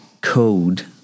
code